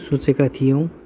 सोचेका थियौँ